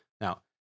Now